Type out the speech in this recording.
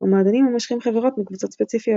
ומועדונים המושכים חברות מקבוצות ספציפיות,